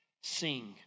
sing